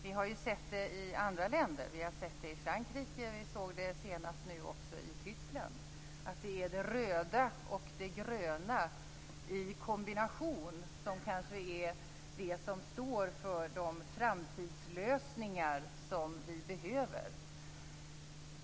Vi har ju sett det i andra länder. Vi har sett det i Frankrike, och vi såg det senast i Tyskland. Det är det röda och det gröna i kombination som kanske står för de framtidslösningar som vi behöver.